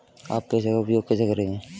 आप पैसे का उपयोग कैसे करेंगे?